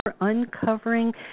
uncovering